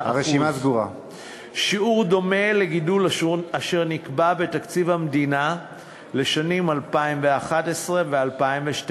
שיעור דומה לגידול אשר נקבע בתקציב המדינה לשנים 2011 ו-2012,